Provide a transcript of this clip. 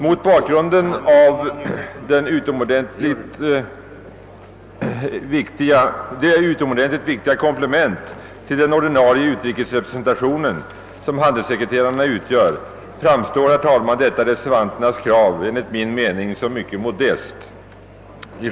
Mot bakgrund av det utomordentligt viktiga komplement till den ordinarie utrikesrepresentationen som handelssekreterarna utgör framstår, herr talman, detta reservanternas krav enligt min mening som mycket modest.